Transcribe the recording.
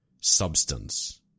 substance